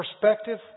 perspective